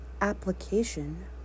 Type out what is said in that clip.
Application